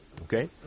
Okay